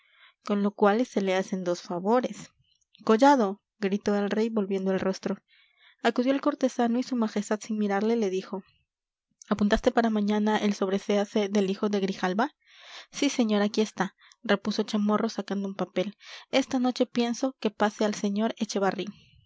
con lo cual se le hacen dos favores collado gritó el rey volviendo el rostro acudió el cortesano y su majestad sin mirarle le dijo apuntaste para mañana el sobreséasedel hijo de grijalva sí señor aquí está repuso chamorro sacando un papel esta noche pienso que pase al señor echevarri